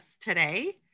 today